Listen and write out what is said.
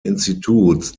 instituts